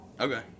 Okay